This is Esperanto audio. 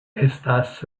estas